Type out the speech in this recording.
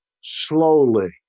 slowly